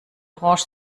orange